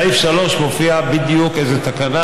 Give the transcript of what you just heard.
בסעיף 3 מופיע בדיוק איזו תקנה.